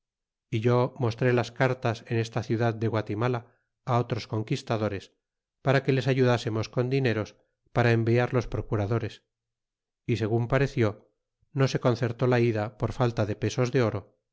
é yo mostré las cartas en esta ciudad de guatimala otros conquistadores para que les ayudasemos con dineros para enviar los procuradores y segun pareció no se concertó la ida por falta de pesos de oro